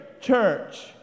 church